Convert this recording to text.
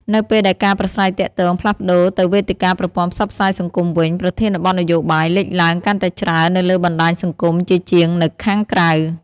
នៅពេលដែលការប្រាស្រ័យទាក់ទងផ្លាស់ប្តូរទៅវេទិកាប្រព័ន្ធផ្សព្វផ្សាយសង្គមវិញ ប្រធានបទនយោបាយលេចឡើងកាន់តែច្រើននៅលើបណ្ដាញសង្គមជាជាងនៅខាងក្រៅ។